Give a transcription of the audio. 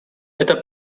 это